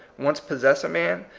once possess a man,